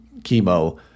chemo